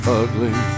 ugly